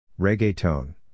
Reggaeton